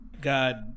God